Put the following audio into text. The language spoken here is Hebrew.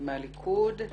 מהליכוד,